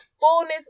fullness